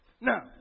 Now